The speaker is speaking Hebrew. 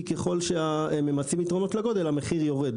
כי ככל שממצים יתרונות לגודל, המחיר יורד.